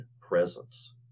presence